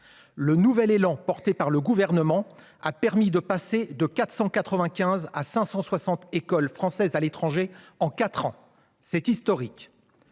Le nouvel élan porté par le Gouvernement a permis de passer de 495 à 560 écoles françaises à l'étranger en quatre ans ; c'est historique.